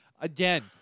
Again